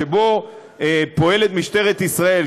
שבו פועלת משטרת ישראל,